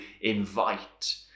invite